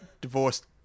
divorced